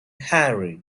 harry